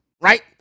Right